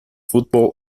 football